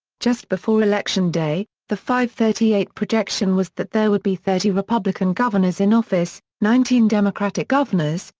just before election day, the fivethirtyeight projection was that there would be thirty republican governors in office, nineteen democratic governors,